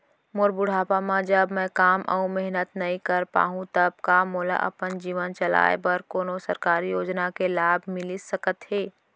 मोर बुढ़ापा मा जब मैं काम अऊ मेहनत नई कर पाहू तब का मोला अपन जीवन चलाए बर कोनो सरकारी योजना के लाभ मिलिस सकत हे?